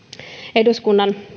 eduskunnan